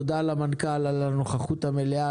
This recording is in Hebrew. תודה למנכ"ל על הנוכחות המלאה,